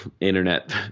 Internet